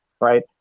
right